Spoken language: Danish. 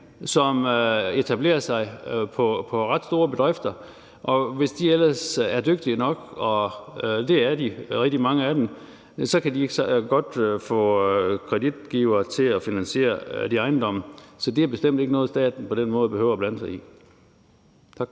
som etablerer sig på ret store bedrifter, og hvis de ellers er dygtige nok, og det er rigtig mange af dem, så kan de godt få kreditgiver til at finansiere de ejendomme, så det er bestemt ikke noget, staten på den måde behøver at blande sig i. Tak.